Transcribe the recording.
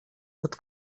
pod